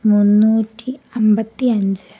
മുന്നൂറ്റി അമ്പത്തി അഞ്ച്